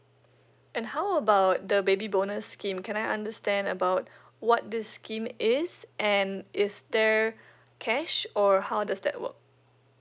and how about the baby bonus scheme can I understand about what this scheme is and is there cash or how does that work